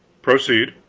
proceed.